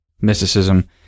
mysticism